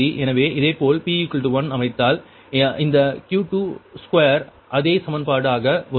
எனவே இதேபோல் p 1 அமைத்தால் இந்த Q22 அதே சமன்பாடு ஆக வரும்